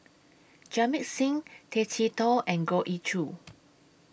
Jamit Singh Tay Chee Toh and Goh Ee Choo